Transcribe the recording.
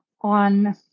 on